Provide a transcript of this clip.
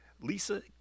lisa